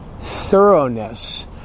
thoroughness